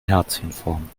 herzchenform